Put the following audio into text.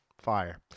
Fire